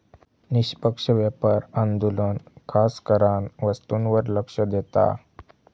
निष्पक्ष व्यापार आंदोलन खासकरान वस्तूंवर लक्ष देता